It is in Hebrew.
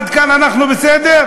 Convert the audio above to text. עד כאן אנחנו בסדר?